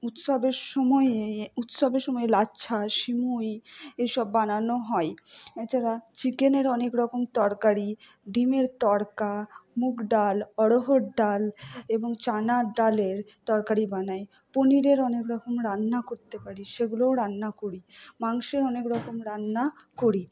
উৎসবের সময়েই উৎসবের সময়ে লাচ্ছা সিমুই এই সব বানানো হয় এছাড়া চিকেনের অনেক রকম তরকারি ডিমের তড়কা মুগ ডাল অড়হর ডাল এবং চানার ডালের তরকারি বানাই পনিরের অনেক রকমের রান্না করতে পারি সেগুলোও রান্না করি মাংসের অনেক রকম রান্না করি